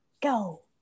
go